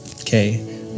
okay